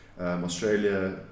Australia